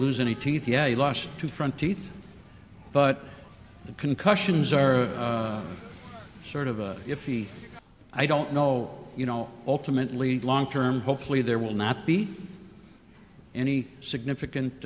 lose any teeth yeah he lost two front teeth but the concussions are sort of if he i don't know you know ultimately long term hopefully there will not be any significant